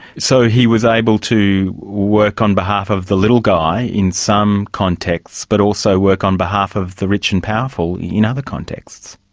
so he was able to work on behalf of the little guy in some context, but also work on behalf of the rich and powerful in other contexts?